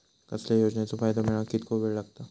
कसल्याय योजनेचो फायदो मेळाक कितको वेळ लागत?